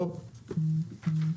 דרך אגב,